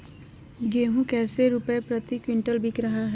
गेंहू कैसे रुपए प्रति क्विंटल बिक रहा है?